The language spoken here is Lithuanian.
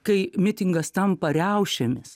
kai mitingas tampa riaušėmis